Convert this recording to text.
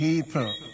People